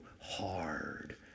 hard